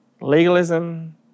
Legalism